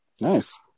nice